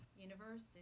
universe